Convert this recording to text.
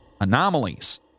anomalies